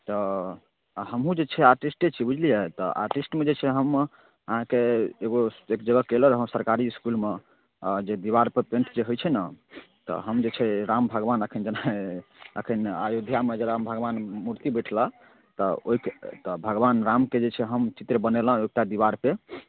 तऽ हमहूँ जे छै आर्टिस्टे छी बुझलियै तऽ आर्टिस्टमे जे छै हम अहाँकेँ एगो एक जगह कयने रहौँ सरकारी इस्कुलमे जे देवालपर पेंट जे होइ छै ने तऽ हम जे छै राम भगवान एखन जेना एखन अयोध्यामे जे राम भगवान मूर्ति बैठला तऽ ओहिके तऽ भगवान रामके जे छै हम चित्र बनेलहुँ एकटा देवालपर